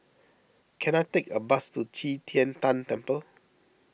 can I take a bus to Qi Tian Tan Temple